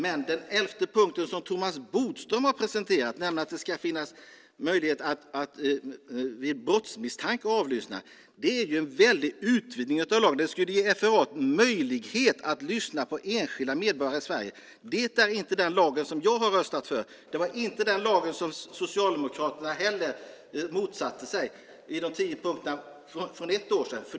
Men den elfte punkt som Thomas Bodström har presenterat, nämligen att det ska finns möjlighet att avlyssna vid brottsmisstanke, är en väldig utvidgning av lagen. Det skulle ge FRA möjlighet att lyssna på enskilda medborgare i Sverige. Det är inte den lag som jag har röstat för. Det var inte heller den lag med de tio punkterna från förra året som Socialdemokraterna motsatte sig.